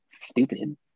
Stupid